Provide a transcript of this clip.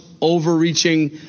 overreaching